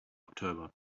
october